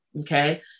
Okay